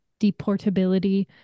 deportability